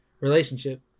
relationship